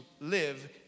live